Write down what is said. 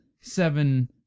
seven